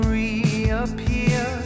reappear